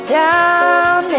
down